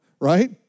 right